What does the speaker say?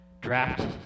draft